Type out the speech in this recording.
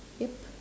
yup